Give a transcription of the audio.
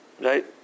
right